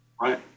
right